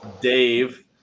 dave